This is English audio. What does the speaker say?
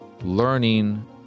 learning